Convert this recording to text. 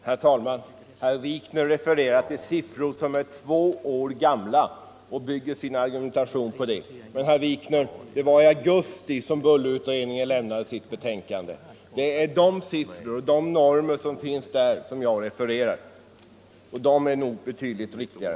Herr talman! Herr Wikner åberopar siffror som är två år gamla och bygger sin argumentation på dem. Men, herr Wikner, det var i augusti som bullerutredningen lämnade sitt betänkande, och det är de siffror och normer som finns där som jag har refererat. De är nog betydligt riktigare.